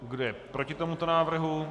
Kdo je proti tomuto návrhu?